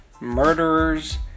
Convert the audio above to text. murderers